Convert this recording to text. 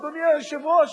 אדוני היושב-ראש,